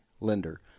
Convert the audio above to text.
lender